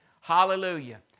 Hallelujah